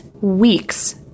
weeks